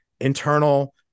internal